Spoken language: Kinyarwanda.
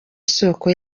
soko